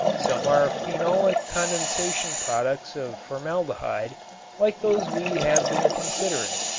some are phenolic condensation products of formaldehyde like those we have been considering,